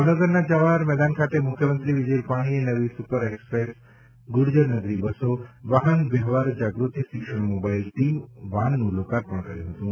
ભાવનગરના જવાહર મેદાન ખાતે મુખ્યમંત્રી વિજય રૂપાણીએ નવી સુપર એક્સપ્રેસ ગુર્જર નગરી બસો વાહન વ્યવહાર જાગૃતિ શિક્ષણ મોબાઈલ ટીમ વાનનું લોકાર્પણ કર્યું હતું